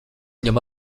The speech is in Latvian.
viņam